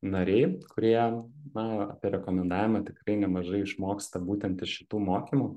nariai kurie na apie rekomendavimą tikrai nemažai išmoksta būtent iš šitų mokymų